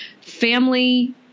family